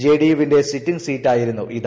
ജെഡിയുവിന്റെ sitting seat ആയിരുന്നു ഇത്